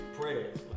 Prayers